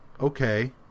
okay